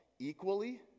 equally